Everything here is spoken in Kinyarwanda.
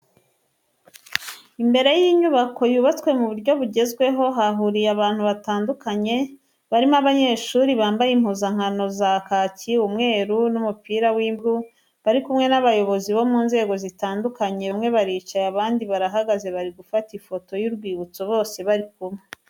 Imbere y'inyubako yubatswe mu buryo bugezweho hahuriye abantu batandukanye, barimo abanyeshuri bambaye impuzankano za kaki, umweru n'umupira w'imbeho w'ubururu bari kumwe n'abayobozi bo mu nzego zitandukanye bamwe baricaye abandi barahagaze bari gufata ifoto y'urwibutso bose bari hamwe.